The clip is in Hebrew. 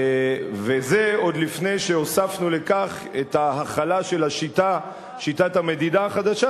וזה עוד לפני שהוספנו לכך את ההחלה של השיטה שיטת המדידה החדשה,